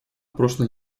прошлой